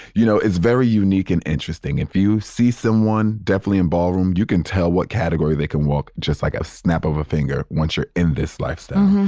you know, it's very unique and interesting. if you see someone definitely in ballroom, you can tell what category they can walk, just like a snap of a finger. once you're in this lifestyle,